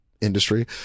industry